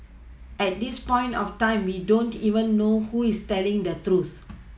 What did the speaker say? at this point of time we don't even know who is telling the truth